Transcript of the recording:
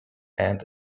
and